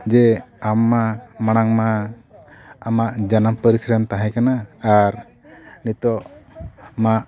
ᱡᱮ ᱟᱢ ᱢᱟ ᱢᱟᱲᱟᱝ ᱢᱟ ᱟᱢᱟᱜ ᱡᱟᱱᱟᱢ ᱯᱟᱹᱨᱤᱥ ᱨᱮᱢ ᱛᱟᱦᱮᱸ ᱠᱟᱱᱟ ᱟᱨ ᱱᱤᱛᱚᱜ ᱢᱟ